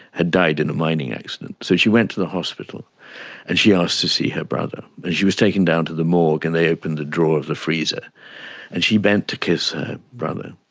had died in a mining accident. so she went to the hospital and she ah asked to see her brother. and she was taken down to the morgue and they opened the drawer of the freezer and she bent down to kiss her brother.